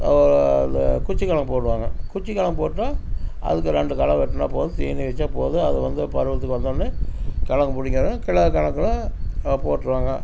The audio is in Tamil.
இந்த குச்சி கிழங்கு போடுவாங்க குச்சி கிழங்கு போட்டால் அதுக்கு ரெண்டு களை வெட்டினா போதும் தீனி வைச்சாப்போதும் அது வந்து பருவத்துக்கு வந்தோன்னே கிழங்கு பிடுங்கிடுவாங்க கிலோ கணக்கில் அதை போட்டுருவாங்க